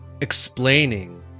explaining